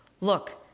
Look